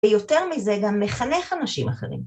ויותר מזה גם מחנך אנשים אחרים.